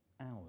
hours